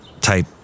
type